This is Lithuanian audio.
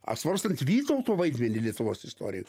apsvarstant vytauto vaidmenį lietuvos istorijoj